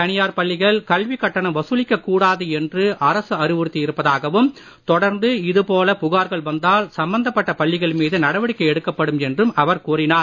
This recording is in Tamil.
தனியார் பள்ளிகள் கல்விக் கட்டணம் வசூலிக்க கூடாது என்று அரசு அறிவுறுத்தி இருப்பதாகவும் தொடர்ந்து இது போல புகார்கள் வந்தால் சம்பந்தப்பட்ட பள்ளிகள் மீது நடவடிக்கை எடுக்கப்படும் என்றும் அவர் கூறினார்